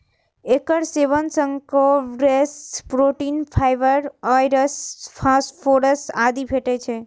एकर सेवन सं carbs, protein, fibre, आयरस, फास्फोरस आदि भेटै छै